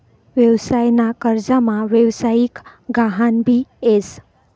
व्यवसाय ना कर्जमा व्यवसायिक गहान भी येस